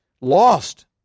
lost